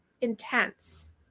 intense